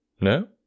No